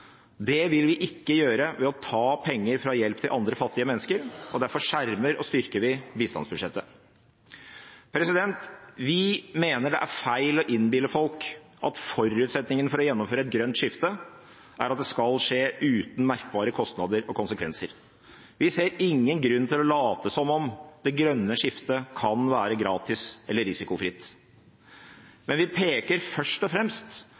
Det vil vi ikke gjøre ved å ta penger fra hjelp til andre fattige mennesker, og derfor skjermer og styrker vi bistandsbudsjettet. Vi mener det er feil å innbille folk at forutsetningene for å gjennomføre et grønt skifte er at det skal skje uten merkbare kostnader og konsekvenser. Vi ser ingen grunn til å late som om det grønne skiftet kan være gratis eller risikofritt, men vi peker først og fremst